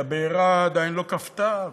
כי הבעירה עדיין לא כבתה.